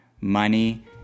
money